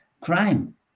crime